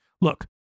Look